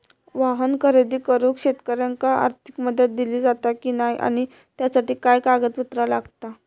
वाहन खरेदी करूक शेतकऱ्यांका आर्थिक मदत दिली जाता की नाय आणि त्यासाठी काय पात्रता लागता?